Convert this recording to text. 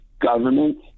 government